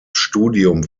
studium